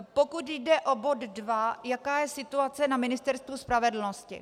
Pokud jde o bod dva, jaká je situace na Ministerstvu spravedlnosti.